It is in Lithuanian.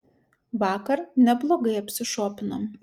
vakar neblogai apsišopinom